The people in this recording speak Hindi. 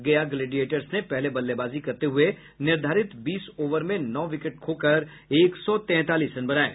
गया ग्लेडियेडर्स ने पहले बल्लेबाजी करते हुए निर्धारित बीस ओवर में नौ विकेट खोकर एक सौ तैतालीस रन बनाये